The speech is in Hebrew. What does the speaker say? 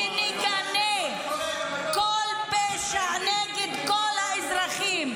ונגנה כל פשע נגד כל האזרחים.